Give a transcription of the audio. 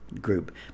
group